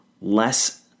less